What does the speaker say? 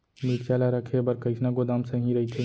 मिरचा ला रखे बर कईसना गोदाम सही रइथे?